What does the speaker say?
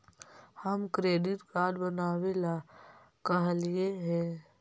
हम credit card बनावे ला कहलिऐ हे?